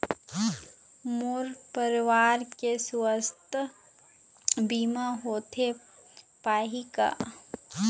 मोर परवार के सुवास्थ बीमा होथे पाही का?